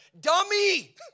Dummy